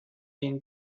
him